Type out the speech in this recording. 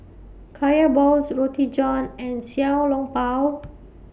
Kaya Balls Roti John and Xiao Long Bao